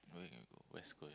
going West-Coast